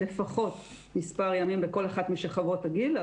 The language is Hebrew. לפחות מספר ימים בכל אחת משכבות הגיל.